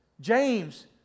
James